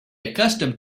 accustomed